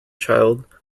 child